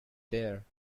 there